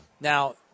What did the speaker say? Now